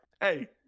Hey